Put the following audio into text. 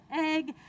egg